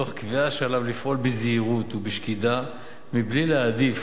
תוך קביעה שעליו לפעול בזהירות ובשקידה בלי להעדיף